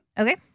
Okay